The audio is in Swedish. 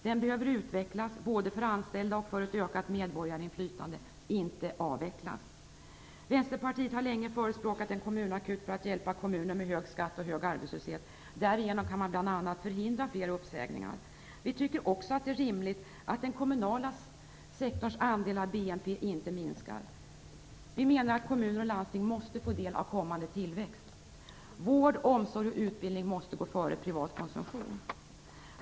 Den behöver utvecklas, både för anställda och för ett ökat medborgarinflytande - inte avvecklas. Vänsterpartiet har länge förespråkat en kommunakut för att hjälpa kommuner med hög skatt och hög arbetslöshet. Därigenom kan man bl.a. förhindra fler uppsägningar. Vi tycker också att det är rimligt att den kommunala sektorns andel av BNP inte minskar. Vi menar att kommuner och landsting måste få del av kommande tillväxt. Vård, omsorg och utbildning måste gå före ökad privat konsumtion.